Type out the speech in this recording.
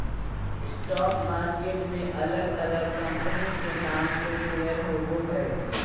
stock market में अलग अलग कंपनी के नाम से शेयर होबो हइ